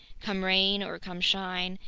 come rain or come shine,